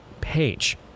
page